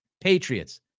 Patriots